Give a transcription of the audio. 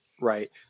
right